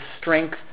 strength